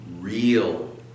real